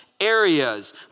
areas